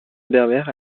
berbère